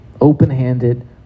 Open-handed